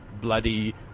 bloody